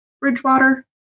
Bridgewater